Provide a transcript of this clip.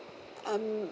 um